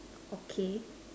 okay